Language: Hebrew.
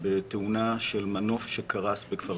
בתאונה של מנוף שקרס בכפר-סבא.